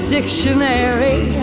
Dictionary